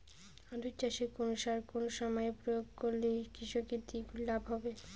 আলু চাষে কোন সার কোন সময়ে প্রয়োগ করলে কৃষকের দ্বিগুণ লাভ হবে?